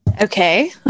Okay